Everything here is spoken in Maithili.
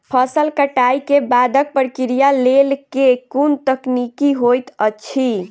फसल कटाई केँ बादक प्रक्रिया लेल केँ कुन तकनीकी होइत अछि?